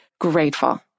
grateful